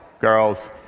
girls